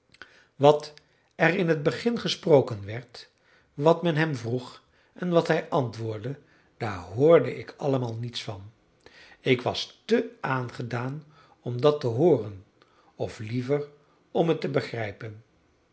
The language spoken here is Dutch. wat er in het begin gesproken werd wat men hem vroeg en wat hij antwoordde daar hoorde ik allemaal niets van ik was te aangedaan om dat te hooren of liever om het te begrijpen